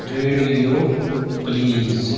radio please